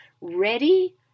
Ready